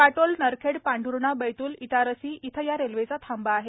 काटोल नरखेड पांढर्णा बैतूल इटारसी येथे या रेल्वेचा थांबा आहे